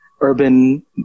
urban